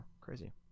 crazy